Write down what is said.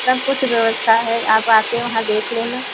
सब कुछ व्यवस्था है आप आ के वहाँ देख लेना